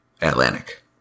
Atlantic